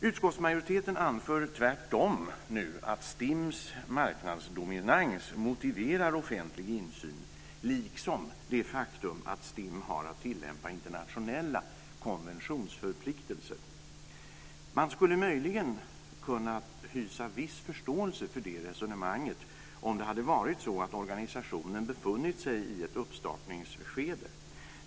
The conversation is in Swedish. Utskottsmajoriteten anför nu tvärtom att STIM:s marknadsdominans motiverar offentlig insyn liksom det faktum att STIM har att tillämpa internationella konventionsförpliktelser. Man skulle möjligen kunna hysa viss förståelse för det resonemanget om det hade varit så att organisationen hade befunnit sig i ett uppstartningsskede.